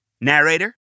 Narrator